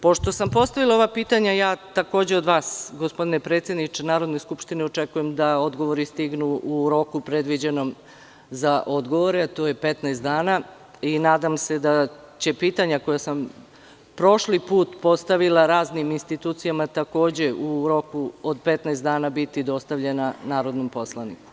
Pošto sam postavila ova pitanja, takođe od vas, gospodine predsedniče Narodne skupštine očekujem da odgovori stignu u roku predviđenom za odgovore, a to je 15 dana, i nadam se da će pitanja koja sam prošli put postavila raznim institucijama takođe u roku od 15 dana biti dostavljena narodnom poslaniku.